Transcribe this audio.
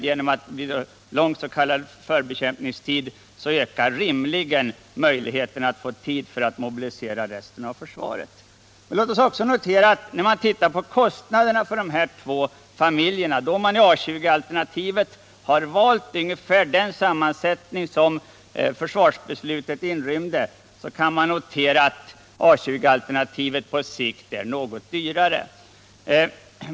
Genom att den s.k. förbekämpningstiden blir lång, ökar rimligen möjligheterna att få tid för att mobilisera resten av försvaret. När man ser på kostnaderna för de här två familjerna — i A 20-alternativet har man valt ungefär den sammansättning som försvarsbeslutet inrymde — så kan man notera att A 20-alternativet på sikt är något dyrare.